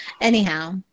Anyhow